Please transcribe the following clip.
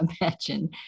imagine